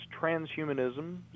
transhumanism